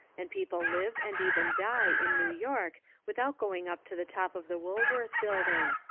and people live and even die in new york without going up to the top of the woolworth building.